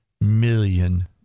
million